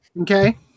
Okay